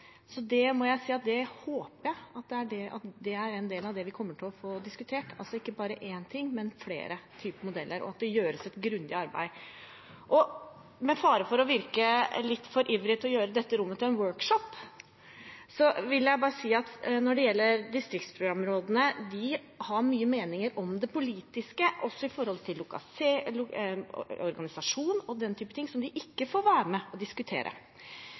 Jeg håper det er en del av det vi kommer til å få diskutert – altså ikke bare én, men flere modeller – og at det gjøres et grundig arbeid. Med fare for å virke litt for ivrig etter å gjøre dette rommet til en workshop, vil jeg si at når det gjelder distriktsprogramrådene, har de mange meninger om det politiske, også om organisasjon og den typen ting, som de ikke får være med på å diskutere.